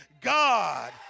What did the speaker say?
god